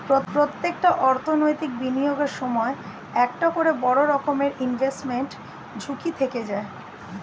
প্রত্যেকটা অর্থনৈতিক বিনিয়োগের সময় একটা করে বড় রকমের ইনভেস্টমেন্ট ঝুঁকি থেকে যায়